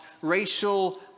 racial